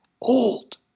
old